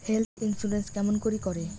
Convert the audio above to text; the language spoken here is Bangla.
হেল্থ ইন্সুরেন্স কেমন করি করে?